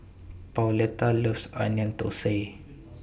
Pauletta loves Onion Thosai